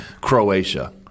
Croatia